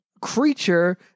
creature